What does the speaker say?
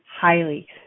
highly